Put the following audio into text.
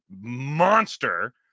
monster